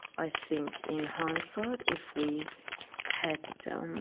i think in hindsight if we had,